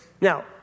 Now